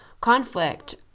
conflict